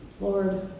Lord